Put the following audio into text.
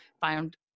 found